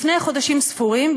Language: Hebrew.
לפני חודשים ספורים,